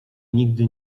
nigdy